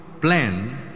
plan